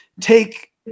take